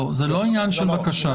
זה לא עניין של בקשה.